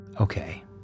Okay